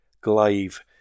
Glaive